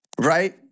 right